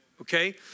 okay